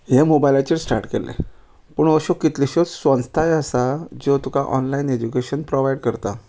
हें मोबायलाचेर स्टाट केलें पूण अश्यो कितल्योशोच संस्थाय आसा ज्यो तुका ऑनलायन एजुकेशन प्रॉवायड करता